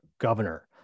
governor